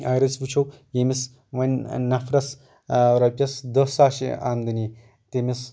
اَگر أسۍ وُچھو ییٚمِس ووٚنۍ نفرَس رۄپییس دٔہ ساس چھےٚ آمدٔنی تٔمِس